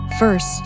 First